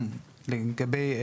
לגבי,